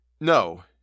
No